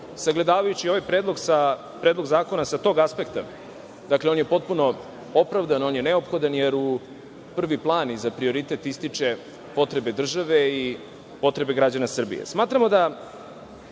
sagledavajući ovaj predlog zakona sa tog aspekta, dakle, on je potpuno opravdan, on je neophodan, jer u prvi plan i za prioritet ističe potrebe države i potrebe građana